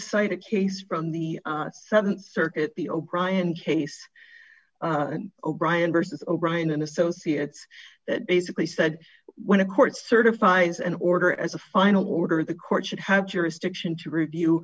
cite a case from the th circuit the o'brien case d o'brien versus o'brien and associates that basically said when a court certifies an order as a final order the court should have jurisdiction to review